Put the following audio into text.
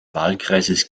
wahlkreises